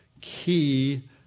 key